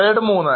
Slide 3